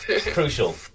Crucial